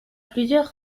plusieurs